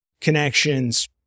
connections